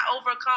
overcome